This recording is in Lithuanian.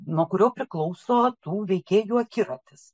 na kurio priklauso tų veikėjų akiratis